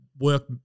work